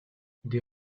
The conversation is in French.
des